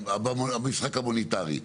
במשחק הומניטרי.